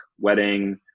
wedding